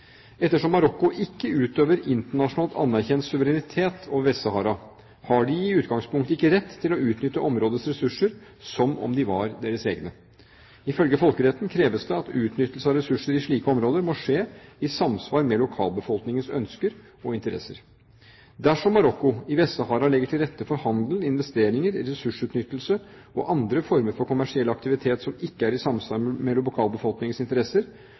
Ettersom Marokko ikke utøver internasjonalt anerkjent suverenitet over Vest-Sahara, har de i utgangspunktet ikke rett til å utnytte områdets ressurser som om de var deres egne. Ifølge folkeretten kreves det at utnyttelse av ressurser i slike områder må skje i samsvar med lokalbefolkningens ønsker og interesser. Dersom Marokko i Vest-Sahara legger til rette for handel, investeringer, ressursutnyttelse og andre former for kommersiell aktivitet som ikke er i samsvar med lokalbefolkningens interesser,